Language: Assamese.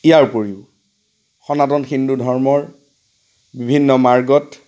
ইয়াৰ উপৰিও সনাতন হিন্দু ধৰ্মৰ বিভিন্ন মাৰ্গত